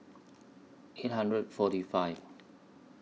eight hundred forty five